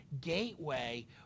Gateway